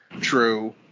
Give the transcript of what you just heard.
true